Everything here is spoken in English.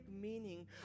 meaning